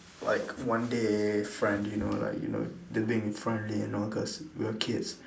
like one day friend you know like you know the thing is friendly and all cause we're kids